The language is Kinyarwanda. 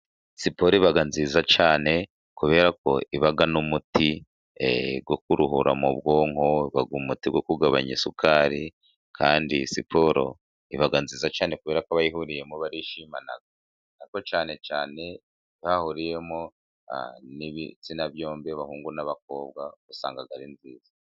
Siporo iba nziza cyane. kubera ko iba n'umuti wo kuruhura mu bwonko, iba umuti wo kugabanya isukari. Kandi siporo iba nziza cyane kubera ko abayihuriyemo barishimana. Ariko cyane cyane iyo yahuriyemo n'ibitsina byombi, abahungu n'abakobwa usanga ari nziza.